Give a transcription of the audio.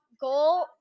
goal